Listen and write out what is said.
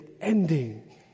ending